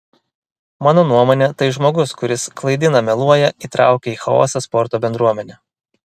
mano nuomone tai žmogus kuris klaidina meluoja įtraukia į chaosą sporto bendruomenę